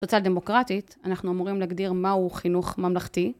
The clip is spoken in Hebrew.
תוצאה דמוקרטית, אנחנו אמורים להגדיר מהו חינוך ממלכתי